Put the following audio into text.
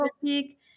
topic